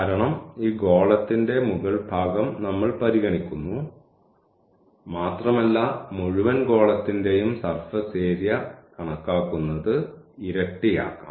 കാരണം ഈ ഗോളത്തിന്റെ മുകൾ ഭാഗം നമ്മൾപരിഗണിക്കുന്നു മാത്രമല്ല മുഴുവൻ ഗോളത്തിന്റെയും സർഫസ് ഏരിയ കണക്കാക്കുന്നത് ഇരട്ടിയാക്കാം